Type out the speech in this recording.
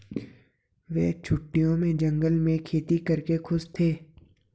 वे छुट्टियों में जंगल में खेती करके खुश थे